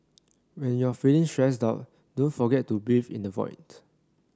when you are feeling stressed out don't forget to breathe in the void